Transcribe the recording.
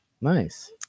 Nice